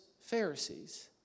Pharisees